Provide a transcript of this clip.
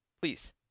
Please